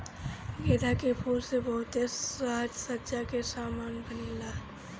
गेंदा के फूल से बहुते साज सज्जा के समान बनेला